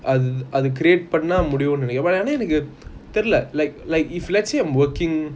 அது அது:athu athu create பண்ண முடியும் நெனைக்கிறேன் ஆனா தெரில:panna mudiyum nenaikiran aana terila like like if let's say I'm working